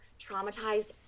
traumatized